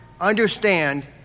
understand